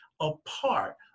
apart